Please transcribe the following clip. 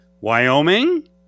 Wyoming